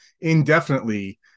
indefinitely